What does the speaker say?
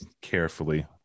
Carefully